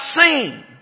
seen